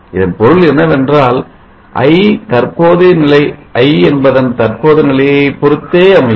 இதன் பொருள் என்னவென்றால் i தற்போதைய நிலை i என்பதன்தற்போதைய நிலையைப் பொறுத்தே அமையும்